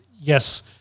yes